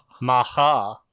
Maha